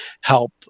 help